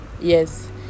yes